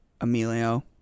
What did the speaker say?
Emilio